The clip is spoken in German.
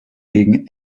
gegen